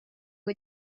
kui